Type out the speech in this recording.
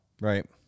Right